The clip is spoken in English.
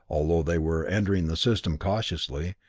although they were entering the system cautiously,